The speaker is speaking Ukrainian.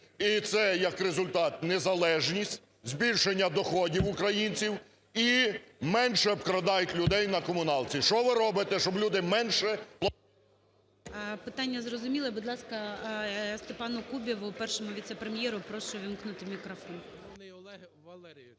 і це як результат – незалежність, збільшення доходів українців, і менше обкрадають людей на комуналці. Що ви робите, щоб люди менше… ГОЛОВУЮЧИЙ. Питання зрозуміле. Будь ласка, СтепануКубіву, Першому віце-прем'єру, прошу ввімкнути мікрофон. 10:36:03